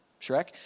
shrek